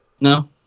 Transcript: No